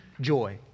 joy